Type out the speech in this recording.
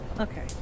okay